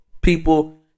people